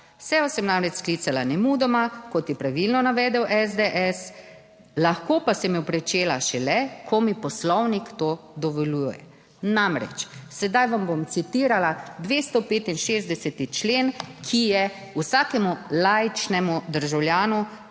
Sejo sem namreč sklicala nemudoma, kot je pravilno navedel SDS, lahko pa sem jo pričela šele, ko mi Poslovnik to dovoljuje. Namreč, sedaj vam bom citirala 265. člen, ki je vsakemu laičnemu državljanu